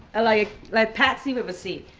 like like patsy with a c